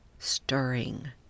stirring